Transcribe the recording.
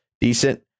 decent